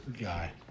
guy